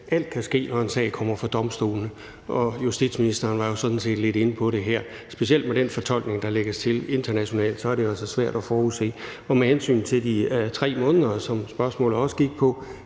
Alt kan ske, når en sag kommer for domstolene. Og justitsministeren var jo sådan set lidt inde på det her; specielt med den fortolkning, der anlægges internationalt, er det jo altså svært at forudse. Med hensyn til de 3 måneder, som spørgsmålet også gik på,